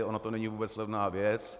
Ona to není vůbec levná věc.